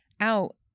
out